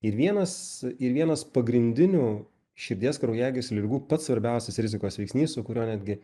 ir vienas ir vienas pagrindinių širdies kraujagyslių ligų pats svarbiausias rizikos veiksnys su kuriuo netgi